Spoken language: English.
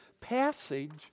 passage